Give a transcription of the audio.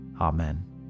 amen